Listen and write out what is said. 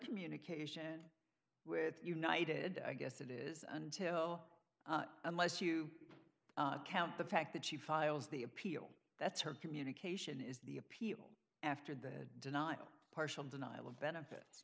communication with united i guess that is until unless you count the fact that she files the appeal that's her communication is the appeal after the denial partial denial of benefits